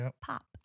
pop